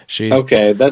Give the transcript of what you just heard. Okay